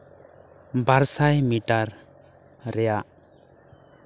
ᱵᱟᱨᱥᱟᱭ ᱢᱤᱴᱟᱨ ᱨᱮᱭᱟᱜ